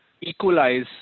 equalize